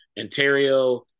Ontario